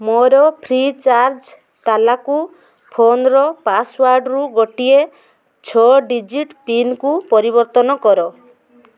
ମୋର free charge ତାଲାକୁ ଫୋନ୍ର ପାସୱାର୍ଡ଼ରୁ ଗୋଟିଏ ଛଅ ଡିଜିଟ୍ ପିନ୍କୁ ପରିବର୍ତ୍ତନ କର